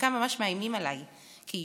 חלקם ממש מאיימים עליי כאישה,